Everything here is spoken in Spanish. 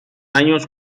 años